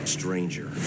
stranger